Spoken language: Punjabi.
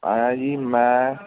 ਆਇਆ ਜੀ ਮੈਂ